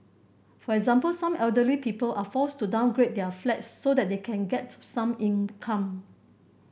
for example some elderly people are forced to downgrade their flats so that they can get some income